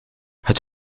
het